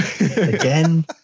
again